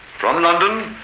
from london,